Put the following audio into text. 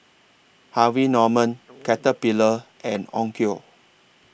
Harvey Norman Caterpillar and Onkyo